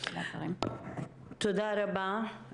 תודה רבה.